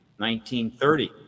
1930